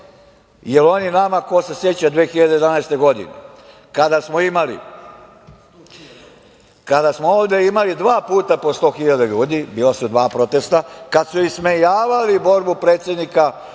jer oni nama, ko se seća 2011. godine kada smo ovde imali dva puta po 100 hiljada ljudi, bila su dva protesta, kada su ismejavali borbu predsednika